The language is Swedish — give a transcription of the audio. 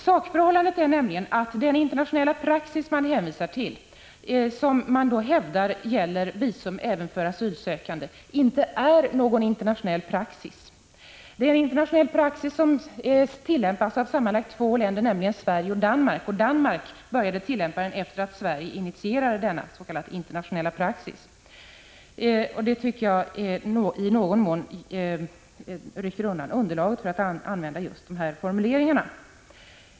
Sakförhållandet är nämligen att den ”internationella praxis” man hänvisar till och som man hävdar omfattar visumplikt även för asylsökande inte är någon internationell praxis. Det är en ”internationell praxis” som tillämpas av sammanlagt två länder, nämligen Sverige och Danmark. Danmark började tillämpa den efter det att Sverige initierade denna s.k. internationella praxis. Det tycker jag i någon mån rycker undan underlaget för att använda just denna formulering.